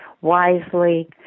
wisely